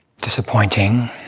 disappointing